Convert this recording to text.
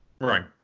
Right